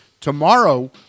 Tomorrow